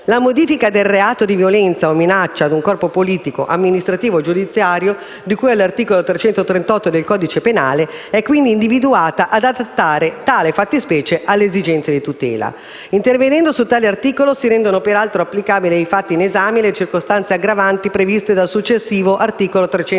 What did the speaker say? La modifica del reato di violenza o minaccia ad un corpo politico, amministrativo o giudiziario, di cui all'articolo 338 del codice penale, è quindi individuata ad adattare tale fattispecie alle esigenze di tutela. Intervenendo su tale articolo, si rendono peraltro applicabili ai fatti in esame le circostanze aggravanti previste dal successivo articolo 339